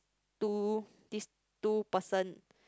two this two person